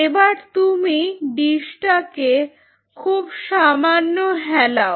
এবার তুমি ডিসটাকে খুব সামান্য হেলাও